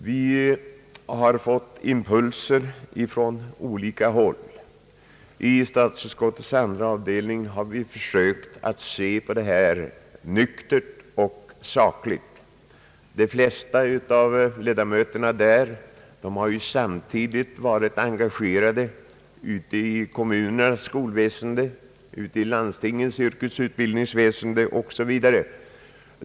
Vi har fått impulser från olika håll, och i statsutskottets andra avdelning har vi försökt att se nyktert och sakligt på frågorna. De flesta av ledamöterna där har samtidigt varit engagerade ute i kommunernas skolväsende, i landstingens yrkesutbildningsväsende osv.